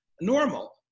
normal